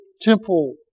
temple